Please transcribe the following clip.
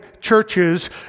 churches